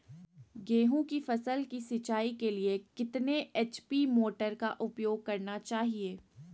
गेंहू की फसल के सिंचाई के लिए कितने एच.पी मोटर का उपयोग करना चाहिए?